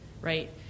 right